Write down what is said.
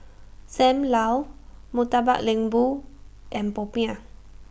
SAM Lau Murtabak Lembu and Popiah